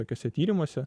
tokiuose tyrimuose